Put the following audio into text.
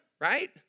right